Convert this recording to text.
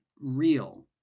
real